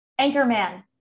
Anchorman